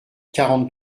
quarante